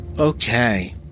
Okay